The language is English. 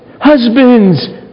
husbands